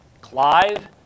Clive